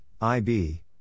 IB